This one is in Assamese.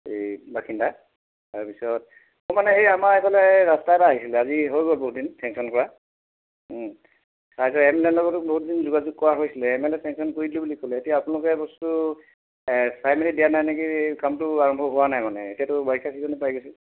এই বাসিন্দা তাৰপিছত ত' মানে এই আমাৰ এইফাল ৰাস্তা এটা আহিছিলে আজি হৈ গ'ল বহুত দিন চেংচন কৰা তাৰপাছত এম এল এৰ লগতো বহুত দিন যোগাযোগ কৰা হৈছিলে এম এল এ চেংশ্যন কৰি দিলোঁ বুলি ক'লে এতিয়া আপোনালোকে বস্তুটো চাই মেলি দিয়া নাই নেকি কামটো আৰম্ভ হোৱা নাই মানে এতিয়াতো বাৰিষা চিজনে পাই গৈছে